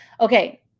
Okay